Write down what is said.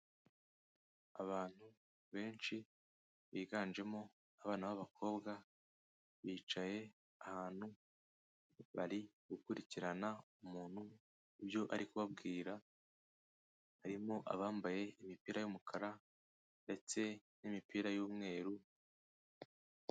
Abantu benshi biganjemo abana b'abakobwa, bicaye ahantu bari gukurikirana umuntu ibyo ari kubabwira harimo abambaye imipira y'umukara ndetse n'imipira y'umweru.